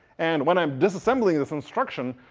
and when i'm disassembling this instruction,